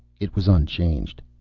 it was unchanged.